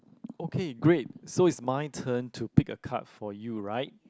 okay great so it's my turn to pick a card for you right